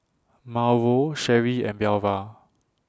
Mauro Sherree and Belva